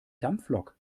dampflok